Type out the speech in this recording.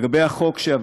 לגבי החוק,